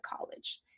college